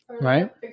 right